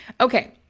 Okay